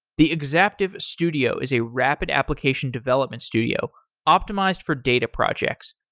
the exaptive studio is a rapid application development studio optimized for data projects.